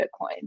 Bitcoin